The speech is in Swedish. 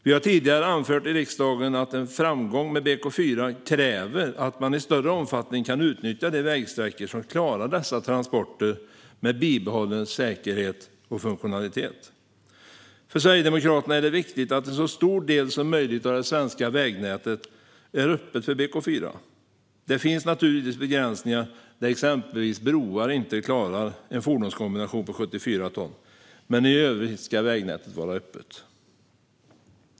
Vi har tidigare anfört i riksdagen att en framgång med BK4 kräver att man i större omfattning kan utnyttja de vägsträckor som klarar dessa transporter med bibehållen säkerhet och funktionalitet. För Sverigedemokraterna är det viktigt att en så stor del som möjligt av det svenska vägnätet är öppet för BK4. Det finns naturligtvis begränsningar där exempelvis broar inte klarar en fordonskombination på 74 ton, men i övrigt ska vägnätet vara öppet.